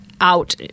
out